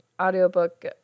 audiobook